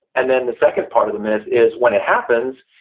and then the second part of the myth is when it happens,